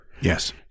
Yes